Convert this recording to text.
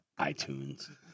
iTunes